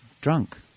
drunk